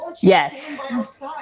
Yes